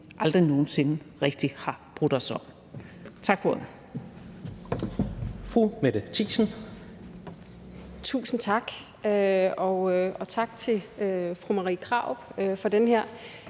aldrig nogen sinde rigtig har brudt os om. Tak for ordet.